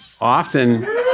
often